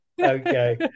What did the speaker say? Okay